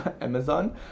Amazon